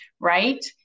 right